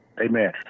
Amen